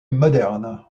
modernes